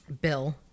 Bill